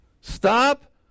Stop